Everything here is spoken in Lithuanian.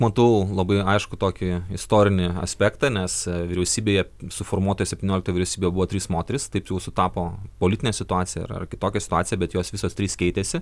matau labai aiškų tokį istorinį aspektą nes vyriausybėje suformuotoj septynioliktoj vyriausybėj buvo trys moterys taip jau sutapo politinė situacija ir ar kitokia situacija bet jos visos trys keitėsi